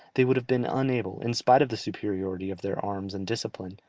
they would have been unable, in spite of the superiority of their arms and discipline,